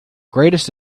greatest